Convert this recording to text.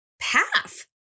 path